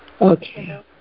Okay